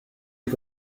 est